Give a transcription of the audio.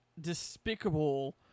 despicable